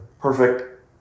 perfect